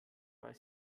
weil